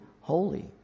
holy